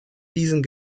diesen